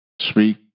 speak